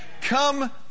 Come